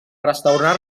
restaurar